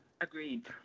Agreed